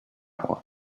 hour